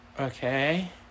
Okay